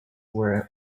were